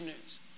news